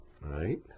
right